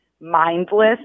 mindless